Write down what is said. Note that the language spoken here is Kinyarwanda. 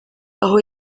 aho